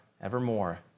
evermore